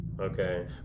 Okay